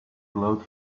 glowed